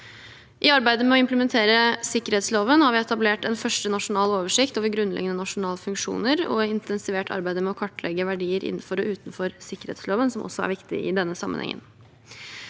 I arbeidet med å implementere sikkerhetsloven har vi etablert en første nasjonal oversikt over grunnleggende nasjonale funksjoner og intensivert arbeidet med å kartlegge verdier innenfor og utenfor sikkerhetsloven, som også er viktig i denne sammenhengen.